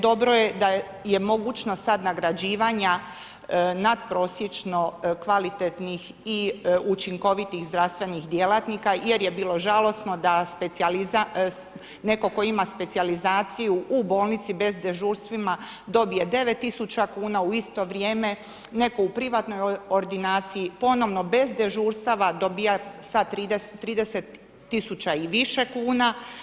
Dobro je da je mogućnost sad nagrađivanja nadprosječno kvalitetnih i učinkovitih zdravstvenih djelatnika jer je bilo žalosno da netko tko ima specijalizaciju u bolnici bez dežurstava dobije 9000 kn, u isto vrijeme netko u privatnoj ordinaciji ponovno bez dežurstava dobiva sa 30 000 i više kuna.